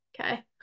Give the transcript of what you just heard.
okay